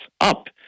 up